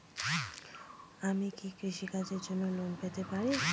আমি কি কৃষি কাজের জন্য লোন পেতে পারি?